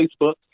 Facebook